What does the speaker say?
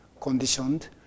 conditioned